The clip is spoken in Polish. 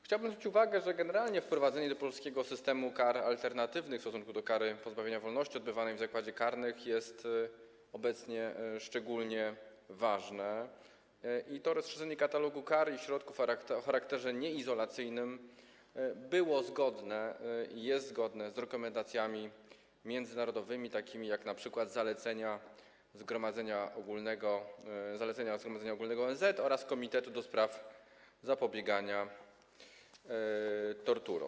Chciałbym zwrócić uwagę, że generalnie wprowadzenie do polskiego systemu kar alternatywnych w stosunku do kary pozbawienia wolności odbywanej w zakładzie karnym jest obecnie szczególnie ważne, i to rozszerzenie katalogu kar i środków o charakterze nieizolacyjnym było zgodne i jest zgodne z rekomendacjami międzynarodowymi, takimi jak np. zalecenia Zgromadzenia Ogólnego ONZ oraz komitetu do spraw zapobiegania torturom.